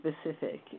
specific